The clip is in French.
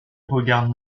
regarde